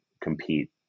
compete